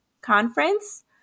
conference